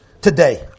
today